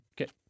Okay